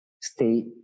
stay